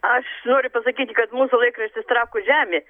aš noriu pasakyti kad mūsų laikraštis trakų žemė